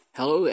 Hello